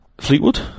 Fleetwood